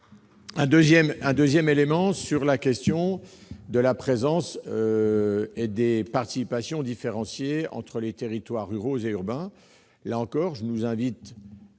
est immuable ! Sur la question de la présence et des participations différenciées entre les territoires ruraux et urbains, je nous invite